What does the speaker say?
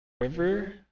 River